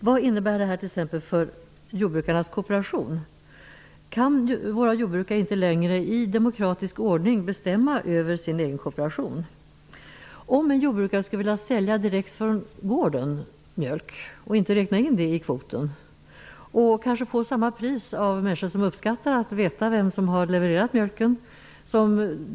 Vad innebär detta t.ex. för jordbrukarnas kooperation? Kan våra jordbrukare inte längre i demokratisk ordning bestämma över sin egen kooperation? Är det tillåtet för en en jordbrukare att sälja mjölk direkt från gården -- och inte räkna in det i kvoten -- och få samma pris som konsumenterna skulle ha betalat i affären? Det finns människor som uppskattar att veta vem som har levererat mjölken.